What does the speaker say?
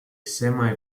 semi